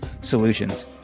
solutions